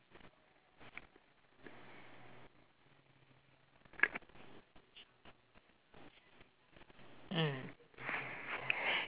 mm